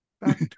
back